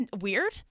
weird